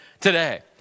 today